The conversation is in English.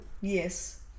Yes